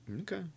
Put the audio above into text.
Okay